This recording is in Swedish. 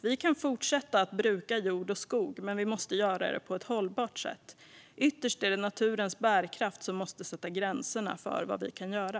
Vi kan fortsätta att bruka jord och skog, men vi måste göra det på ett hållbart sätt. Ytterst är det naturens bärkraft som måste sätta gränserna för vad vi kan göra.